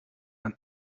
een